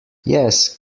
yes